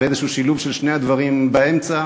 ואיזה שילוב של שני הדברים באמצע.